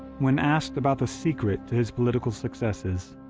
when asked about the secret to his political successes,